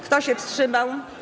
Kto się wstrzymał?